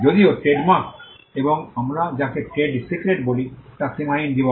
যদিও ট্রেডমার্ক এবং আমরা যাকে ট্রেড সিক্রেট বলি তা সীমাহীন জীবন